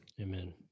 Amen